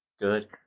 good